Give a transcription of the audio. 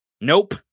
Nope